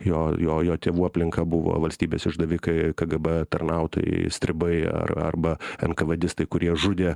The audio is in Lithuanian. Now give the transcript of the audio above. jo jo jo tėvų aplinka buvo valstybės išdavikai kgb tarnautojai stribai ar arba enkavedistai kurie žudė